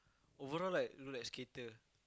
overall like look like skater